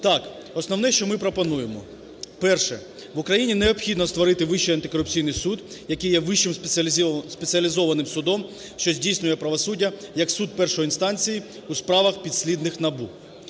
Так, основне, що ми пропонуємо. Перше. В Україні необхідно створити Вищий антикорупційний суд, який є вищим спеціалізованим судом, що здійснює правосуддя як суд першої інстанції у справах, підслідних НАБУ.